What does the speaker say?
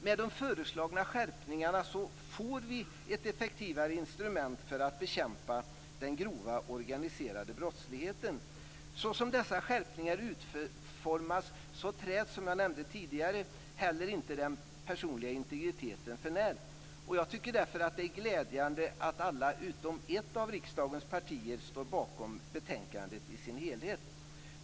Med de föreslagna skärpningarna får vi ett effektivare instrument för att bekämpa den grova organiserade brottsligheten. Så som dessa skärpningar utformas träds, som jag tidigare nämnde, heller inte den personliga integriteten för när. Jag tycker därför att det är glädjande att alla utom ett av riksdagens partier står bakom betänkandet i dess helhet.